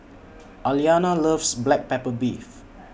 Aliana loves Black Pepper Beef